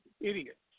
idiots